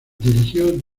dirigió